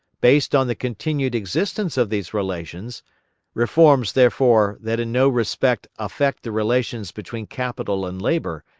based on the continued existence of these relations reforms, therefore, that in no respect affect the relations between capital and labour,